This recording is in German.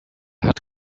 hat